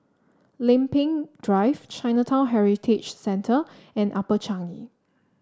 Lempeng Drive Chinatown Heritage Centre and Upper Changi